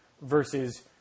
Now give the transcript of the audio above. versus